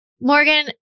Morgan